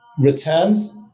Returns